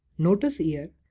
notice here,